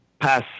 pass